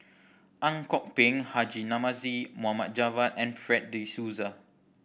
Ang Kok Peng Haji Namazie Mohd Javad and Fred De Souza